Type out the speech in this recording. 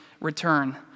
return